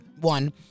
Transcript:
one